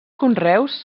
conreus